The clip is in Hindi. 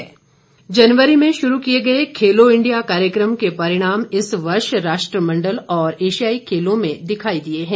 खेल मंत्री जनवरी में शुरू किए गए खेलों इंडिया कार्यक्रम के परिणाम इस वर्ष राष्ट्रमंडल और एशियाई खेलों में दिखाई दिए हैं